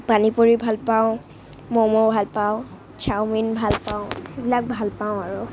পানীপুৰি ভালপাওঁ ম'ম' ভালপাওঁ চাওমিন ভালপাওঁ সেইবিলাক ভালপাওঁ আৰু